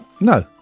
No